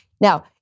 Now